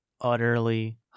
utterly